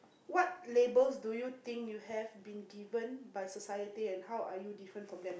what labels do you think you have been given by society and how are you different from them